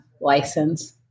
license